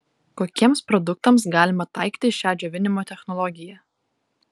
kokiems produktams galima taikyti šią džiovinimo technologiją